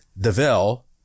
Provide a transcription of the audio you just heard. devil